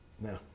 No